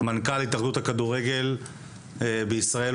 מנכ"ל התאחדות הכדורגל בישראל,